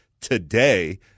today